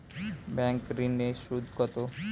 Bank ঋন এর সুদ কত?